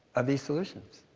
of these solutions.